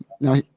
now